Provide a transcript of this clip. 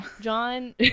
John